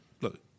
look